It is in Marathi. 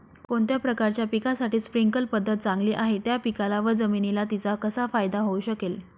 कोणत्या प्रकारच्या पिकासाठी स्प्रिंकल पद्धत चांगली आहे? त्या पिकाला व जमिनीला तिचा कसा फायदा होऊ शकेल?